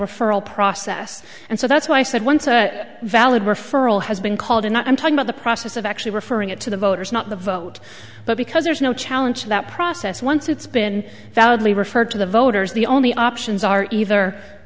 referral process and so that's why i said once a valid referral has been called and i'm talking about the process of actually referring it to the voters not the vote but because there's no challenge to that process once it's been validly referred to the voters the only options are either